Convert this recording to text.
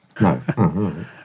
No